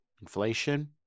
inflation